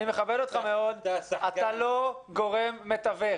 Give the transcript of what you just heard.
אני מאוד מכבד אותך אבל אתה לא גורם מתווך.